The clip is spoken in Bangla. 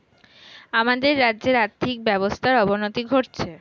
আমাদের রাজ্যের আর্থিক ব্যবস্থার অবনতি ঘটছে